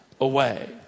away